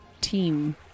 team